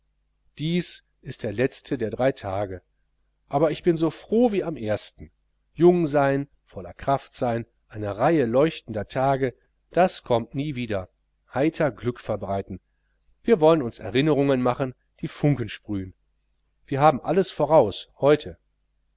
dies ist der letzte der drei tage aber ich bin so froh wie am ersten jung sein voller kraft sein eine reihe leuchtender tage das kommt nie wieder heiter glück verbreiten wir wollen uns erinnerungen machen die funken sprühen wir haben alles voraus heute